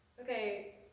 okay